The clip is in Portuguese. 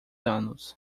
anos